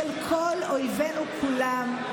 של כל אויבינו כולם,